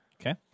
Okay